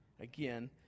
Again